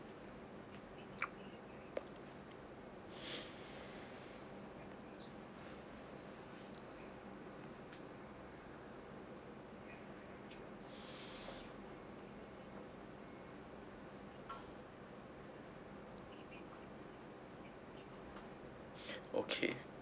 okay